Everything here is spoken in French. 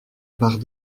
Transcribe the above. barre